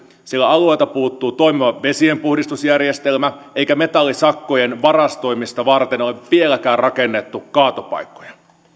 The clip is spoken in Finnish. sillä alueelta puuttuu toimiva vesienpuhdistusjärjestelmä eikä metallisakkojen varastoimista varten ole vieläkään rakennettu kaatopaikkoja